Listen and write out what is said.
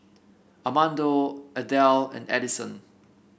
Armando Adell and Addison